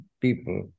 people